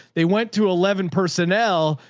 they went to eleven personnel.